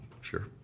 Sure